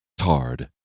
TARD